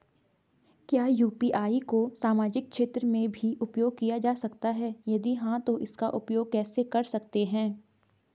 क्या यु.पी.आई को सामाजिक क्षेत्र में भी उपयोग किया जा सकता है यदि हाँ तो इसका उपयोग कैसे कर सकते हैं?